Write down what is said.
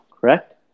correct